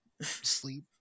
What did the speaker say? sleep